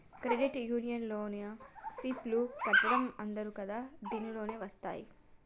credit union లోన SIP లు కట్టడం అంటరు కదా దీనిలోకే వస్తాయ్